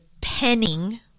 penning